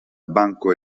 banco